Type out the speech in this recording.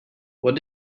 what